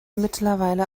mittlerweile